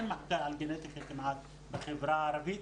אין מחקר על גנטיקה כמעט בחברה הערבית.